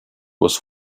was